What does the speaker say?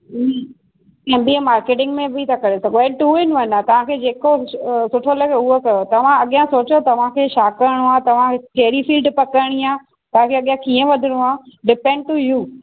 M B A marketing में बि था करे सघो ऐं टू इन वन आहे तव्हांखे जे को सुठो लॻे उहो कयो तव्हां अॻियां सोचियो तव्हांखे छा कारिणो आहे तव्हां कहिड़ी फील्ड पकिड़नी आहे तव्हांखे अॻियां कींअ वधणो आहे डीपेंड टू यू